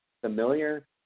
familiar